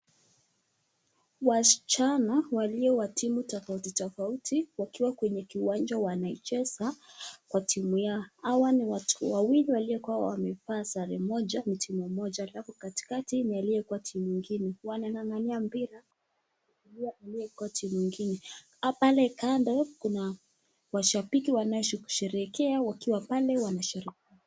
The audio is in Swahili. Wasichana walio kwa timu tofauti tofauti wakiwa kwenye kiwanja wanacheza kwa timu ya hawa ni wawili walio kuwa wamevaa sare moja timu moja halafu katikati ni aliyekuwa timu nyingine wanangangania mpira kochi mwingine, pale kando kuna washabiki wanaosherekea wakiwapale wanasherehekea.